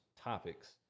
topics